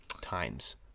times